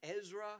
Ezra